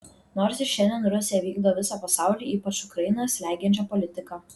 nors ir šiandien rusija vykdo visą pasaulį ypač ukrainą slegiančią politiką